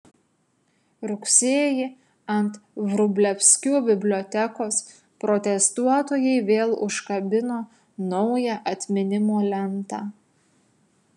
rugsėjį ant vrublevskių bibliotekos protestuotojai vėl užkabino naują atminimo lentą